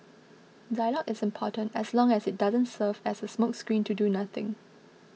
dialogue is important as long as it doesn't serve as a smokescreen to do nothing